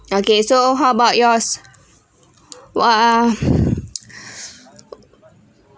okay so how about yours !wah!